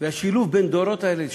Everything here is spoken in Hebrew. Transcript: זה השילוב בין הדורות האלה,